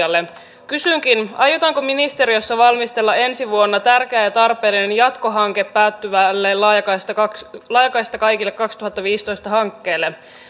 tässä maailmantilanteessa onkin tärkeää että sipilän hallitus ja eduskunta tulevat lisäämään puolustusvoimien määrärahoja kestävällä tavalla